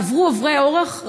עברו עוברי אורח,